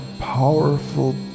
powerful